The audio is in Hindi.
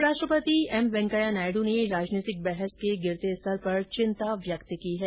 उप राष्ट्रपति वेंकैया नायडू ने राजनीतिक बहस के गिरते स्तर पर चिंता व्यक्त की है